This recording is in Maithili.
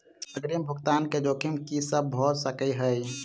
अग्रिम भुगतान केँ जोखिम की सब भऽ सकै हय?